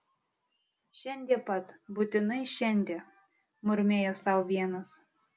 šiandie pat būtinai šiandie murmėjo sau vienas